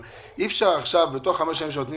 אבל אי-אפשר עכשיו בתוך 5 שנים שנותנים